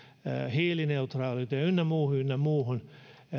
hiilineutraaliuteen ynnä muuhun ynnä muuhun